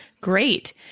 great